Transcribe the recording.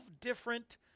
different